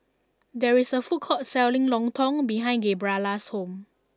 there is a food court selling Lontong behind Gabriella's house